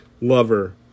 Lover